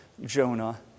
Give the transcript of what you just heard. Jonah